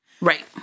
Right